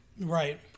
right